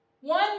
one